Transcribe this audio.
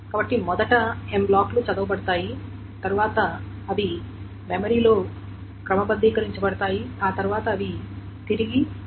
కాబట్టి మొదట M బ్లాక్లు చదవబడతాయి తర్వాత అవి మెమరీలో క్రమబద్ధీకరించబడతాయి ఆ తర్వాత అవి తిరిగి వ్రాయ బడతాయి